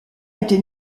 été